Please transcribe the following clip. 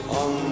on